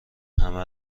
همه